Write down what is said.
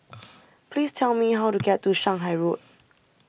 please tell me how to get to Shanghai Road